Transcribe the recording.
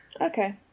Okay